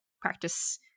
practice